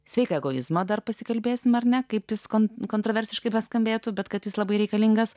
sveiką egoizmą dar pasikalbėsime ar ne kaip visko kontroversiškai beskambėtų bet kad jis labai reikalingas